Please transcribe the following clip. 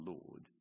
Lord